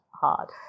hard